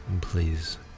please